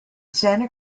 santa